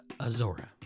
Azora